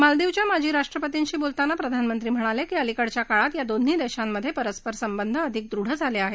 मालदीवच्या माजी राष्ट्रपतींशी बोलताना प्रधानमंत्री म्हणाले की अलिकडच्या काळात या दोन्ही देशांमधे परस्पर संबंध अधिक दृढ झाले आहेत